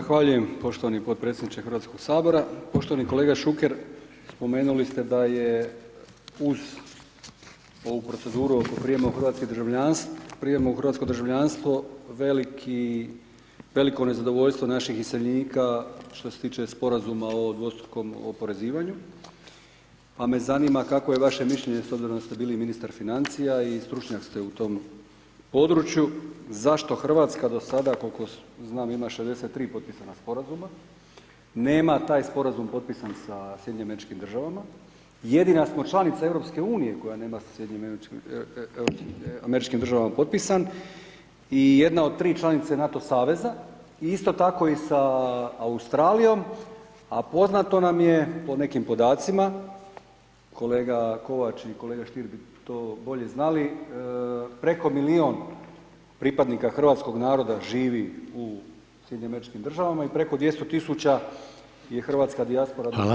Zahvaljujem poštovani podpredsjedniče Hrvatskog sabora, poštovani kolega Šuker, spomenuli ste da je uz ovu proceduru oko prijema u hrvatsko državljanstvo, veliko nezadovoljstvo naših iseljenika što se tiče Sporazuma o dvostrukom oporezivanju, pa me zanima kakvo je vaše mišljenje, s obzirom da ste bili ministar financija i stručnjak ste u tom području, zašto Hrvatska do sada, koliko znam ima 63 potpisana sporazuma, nema taj sporazum potpisan sa SAD-om, jedina smo članica EU koje nema sa SAD-a potpisan i jedna od 3 članice NATO saveza i isto tako i sa Australijom, a poznato nam je po nekim podacima, kolega Kovač i kolega Stier bi to bolje znali, preko milijun pripadnika hrvatskog naroda živi u SAD-u i preko 200 tisuća je hrvatska [[Upadica: Hvala.]] dijaspora u Australiji.